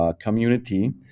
Community